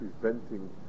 preventing